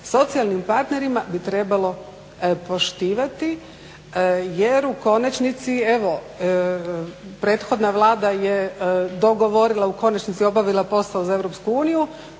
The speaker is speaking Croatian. socijalnim partnerima bi trebalo poštivati, jer u konačnici evo prethodna Vlada je dogovorila, u konačnici obavila posao za EU i